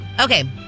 Okay